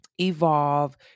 Evolve